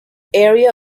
area